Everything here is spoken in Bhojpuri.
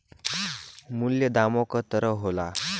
मूल्यों दामे क तरह होला